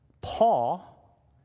Paul